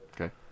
Okay